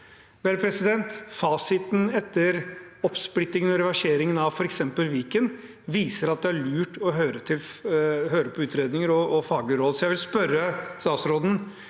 Vel, fasiten etter oppsplittingen og reverseringen av f.eks. Viken viser at det er lurt å høre på utredninger og faglige råd. Jeg vil spørre statsråden: